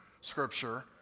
Scripture